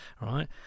right